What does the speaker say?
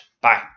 bye